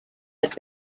had